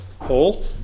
Paul